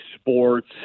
sports